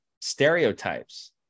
stereotypes